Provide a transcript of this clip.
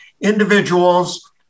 individuals